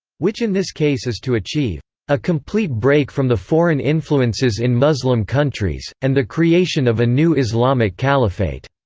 which in this case is to achieve a complete break from the foreign influences in muslim countries, and the creation of a new islamic caliphate.